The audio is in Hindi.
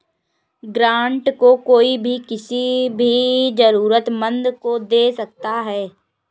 ग्रांट को कोई भी किसी भी जरूरतमन्द को दे सकता है